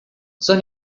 son